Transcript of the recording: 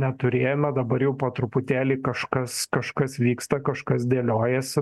neturėjome dabar jau po truputėlį kažkas kažkas vyksta kažkas dėliojasi